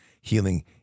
healing